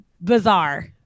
bizarre